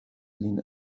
lin